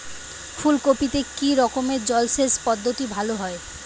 ফুলকপিতে কি রকমের জলসেচ পদ্ধতি ভালো হয়?